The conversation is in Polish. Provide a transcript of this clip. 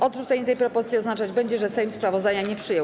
Odrzucenie tej propozycji oznaczać będzie, że Sejm sprawozdania nie przyjął.